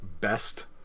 best